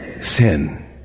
Sin